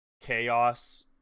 chaos